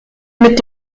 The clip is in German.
mit